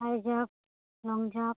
ᱦᱟᱭ ᱡᱷᱟᱯ ᱞᱚᱝ ᱡᱷᱟᱯ